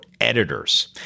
editors